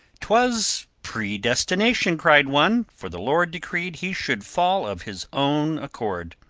twas predestination, cried one for the lord decreed he should fall of his own accord.